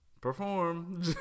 perform